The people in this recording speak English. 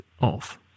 off